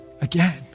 again